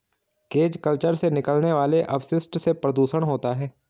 cage culture से निकलने वाले अपशिष्ट से प्रदुषण होता है